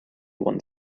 one